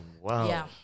Wow